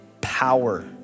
power